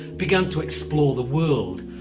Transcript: began to explore the world,